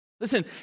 Listen